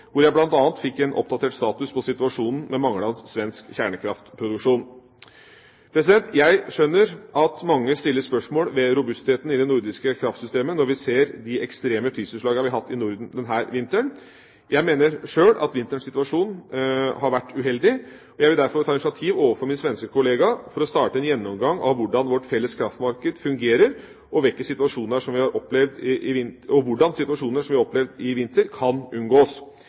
hvor jeg bl.a. fikk en oppdatert status på situasjonen med manglende svensk kjernekraftproduksjon. Jeg skjønner at mange stiller spørsmål ved robustheten i det nordiske kraftsystemet når vi ser de ekstreme prisutslagene vi har hatt i Norden denne vinteren. Jeg mener sjøl at vinterens situasjon har vært uheldig. Jeg vil derfor ta initiativ overfor min svenske kollega for å starte en gjennomgang av hvordan vårt felles kraftmarked fungerer, og hvordan situasjoner vi har opplevd i vinter, kan unngås. Jeg har dessuten bedt NVE utarbeide en rapport om vinterens kraftsituasjon i